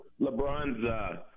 LeBron's